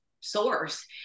source